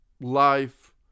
life